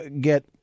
get